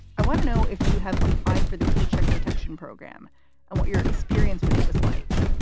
i want to know if you have applied for the paycheck protection program and what your experience with it was like.